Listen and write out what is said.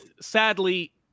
sadly